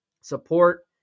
Support